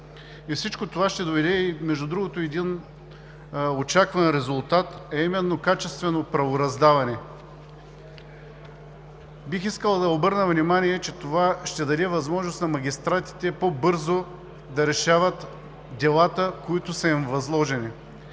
Всичко това ще доведе до един очакван резултат, а именно качествено правораздаване. Бих искал да обърна внимание, че това ще даде възможност на магистратите по-бързо да решават делата, които са им възложени.